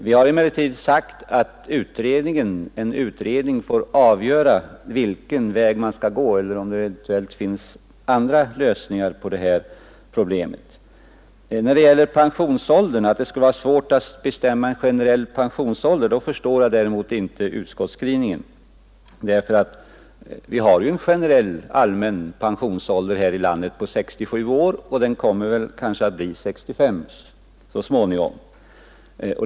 Vi har emellertid sagt att en utredning får avgöra vilken väg man skall gå eller om det eventuellt finns andra lösningar på det här problemet. När det gäller att det skulle vara svårt att bestämma en generell pensionsålder förstår jag däremot inte utskottets skrivning. Vi har ju en generell, allmän pensionsålder här i landet på 67 år, och den kommer kanske att bli 65 så småningom.